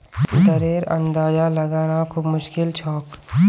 दरेर अंदाजा लगाना खूब मुश्किल छोक